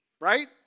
Right